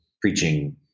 Preaching